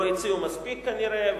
לא הציעו מספיק כנראה,